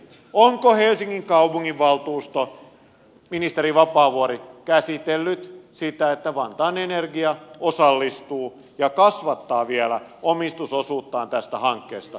onko helsingin kaupunginvaltuusto ministeri vapaavuori käsitellyt sitä että vantaan energia osallistuu ja kasvattaa vielä omistusosuuttaan tästä hankkeesta